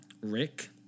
Rick